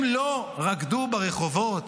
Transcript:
הם לא רקדו ברחובות